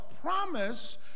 promise